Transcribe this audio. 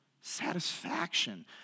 Satisfaction